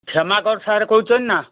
କ୍ଷମାକର sir କହୁଛନ୍ତି ନାଁ